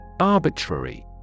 Arbitrary